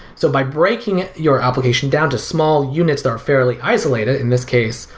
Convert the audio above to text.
so by breaking your application down to small units that are fairly isolated, in this case,